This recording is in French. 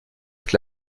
avec